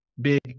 big